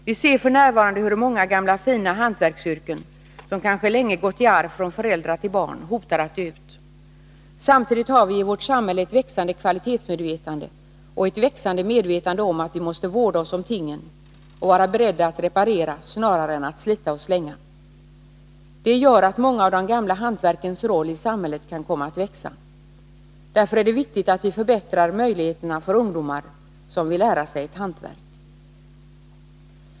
Vi ser f. n. hur många gamla fina hantverksyrken, som kanske länge gått i arv från föräldrar till barn, hotar att dö ut. Samtidigt har vi i vårt samhälle ett växande kvalitetsmedvetande och ett växande medvetande om att vi måste vårda oss om tingen och vara beredda att reparera snarare än att slita och slänga. Det gör att många av de gamla hantverkens roller i samhället kan komma att växa. Därför är det viktigt att vi förbättrar möjligheterna för ungdomar som vill lära sig ett hantverk.